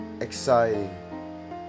exciting